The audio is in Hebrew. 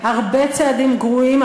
הרבה צעדים גרועים,